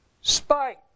spite